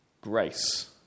grace